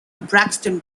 braxton